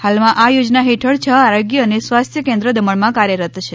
હાલમાં આ યોજના હેઠળ છ આરોગ્ય અને સ્વાસ્થ્ય કેન્દ્રો દમણમાં કાર્યરત છે